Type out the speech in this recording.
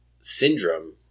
syndrome